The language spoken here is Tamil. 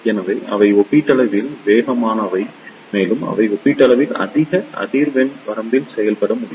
எனவே அவை ஒப்பீட்டளவில் வேகமானவை மேலும் அவை ஒப்பீட்டளவில் அதிக அதிர்வெண் வரம்பில் செயல்பட முடியும்